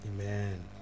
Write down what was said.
Amen